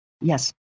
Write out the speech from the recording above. Yes